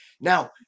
Now